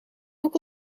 ook